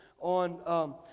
on